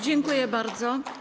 Dziękuję bardzo.